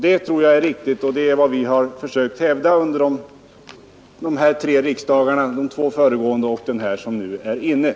Det tror jag är riktigt och det är vad vi har försökt hävda under de två föregående riksdagarna och under den som nu pågår.